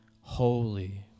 holy